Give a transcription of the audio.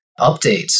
updates